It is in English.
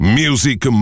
music